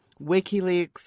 WikiLeaks